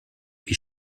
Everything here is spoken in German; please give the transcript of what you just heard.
wie